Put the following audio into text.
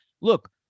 look